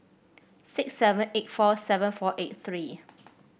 six seven eight four seven four eight three